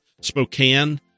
Spokane